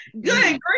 good